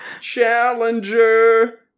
Challenger